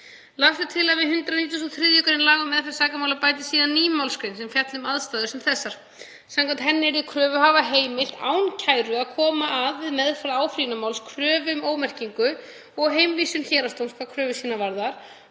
Lagt er til að við 193. gr. laga um meðferð sakamála bætist ný málsgrein sem fjalli um aðstæður sem þessar. Samkvæmt henni yrði kröfuhafa heimilt án kæru að koma að við meðferð áfrýjunarmálsins kröfu um ómerkingu og heimvísun héraðsdóms hvað kröfu sína varðar.